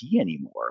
anymore